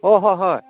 অঁ হয় হয়